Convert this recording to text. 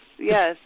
yes